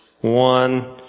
one